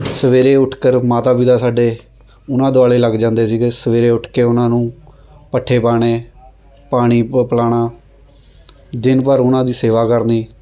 ਸਵੇਰੇ ਉੱਠ ਕਰ ਮਾਤਾ ਪਿਤਾ ਸਾਡੇ ਉਹਨਾਂ ਦੁਆਲੇ ਲੱਗ ਜਾਂਦੇ ਸੀਗੇ ਸਵੇਰੇ ਉੱਠ ਕੇ ਉਹਨਾਂ ਨੂੰ ਪੱਠੇ ਪਾਉਣੇ ਪਾਣੀ ਪ ਪਿਲਾਉਣਾ ਦਿਨ ਭਰ ਉਹਨਾਂ ਦੀ ਸੇਵਾ ਕਰਨੀ